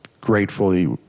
gratefully